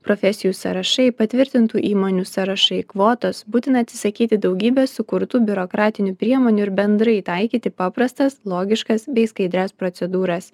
profesijų sąrašai patvirtintų įmonių sąrašai kvotos būtina atsisakyti daugybės sukurtų biurokratinių priemonių ir bendrai taikyti paprastas logiškas bei skaidrias procedūras